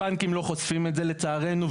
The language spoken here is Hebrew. הבנקים לא ועשים את זה צערנו,